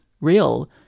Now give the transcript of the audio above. real